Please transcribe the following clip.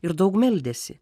ir daug meldėsi